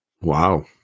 Wow